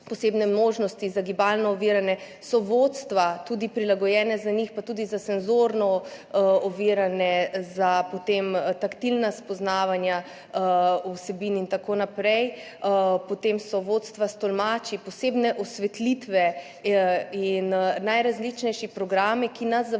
posebne možnosti za gibalno ovirane, tudi vodstva so prilagojena za njih, pa tudi za senzorno ovirane, potem taktilna spoznavanja vsebin in tako naprej. Potem so vodstva s tolmači, posebne osvetlitve in najrazličnejši programi, ki nas zavezujejo